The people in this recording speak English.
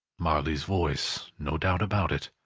marley's voice, no doubt about it.